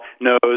knows